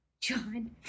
John